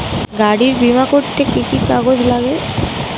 গাড়ীর বিমা করতে কি কি কাগজ লাগে?